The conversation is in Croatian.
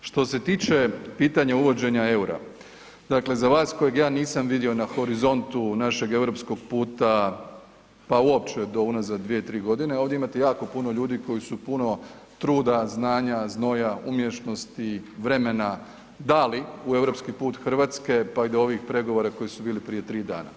Što se tiče pitanja uvođenja EUR-a, dakle za vas kojeg ja nisam vidio na horizontu našeg europskog puta, pa uopće do unazad 2, 3 godine ovdje imate jako puno ljudi koji su puno truda, znanja, znoja, umješnosti, vremena dali u europski put Hrvatske pa i do ovih pregovora koji su bili prije 3 dana.